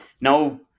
Now